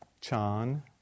Chan